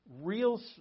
Real